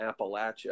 Appalachia